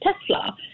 tesla